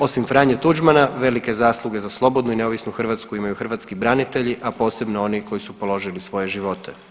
Osim Franje Tuđmana velike zasluge za slobodnu i neovisnu Hrvatsku imaju hrvatski branitelji, a posebno oni koji su položili svoje živote.